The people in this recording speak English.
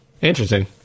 interesting